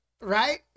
Right